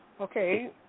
okay